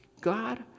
God